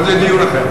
אבל זה דיון אחר.